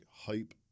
hype